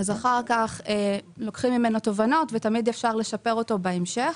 אחר כך תמיד לוקחים ממנו תובנות ותמיד אפשר לשפרו בהמשך.